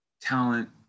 talent